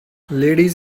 ladies